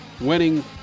winning